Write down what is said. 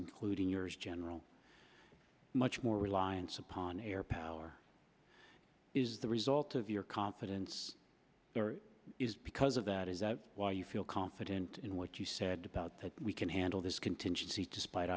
including yours general much more reliance upon air power is the result of your confidence is because of that is that why you feel confident in what you said that we can handle this contingency despite